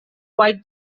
quite